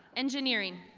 engineering.